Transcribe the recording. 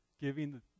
giving